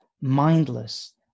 mindless